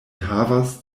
havas